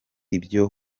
ibyo